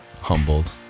humbled